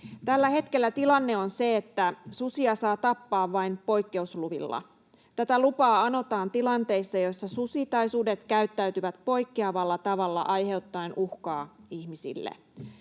Tällä hetkellä tilanne on se, että susia saa tappaa vain poikkeusluvilla. Tätä lupaa anotaan tilanteissa, joissa susi tai sudet käyttäytyvät poikkeavalla tavalla aiheuttaen uhkaa ihmisille.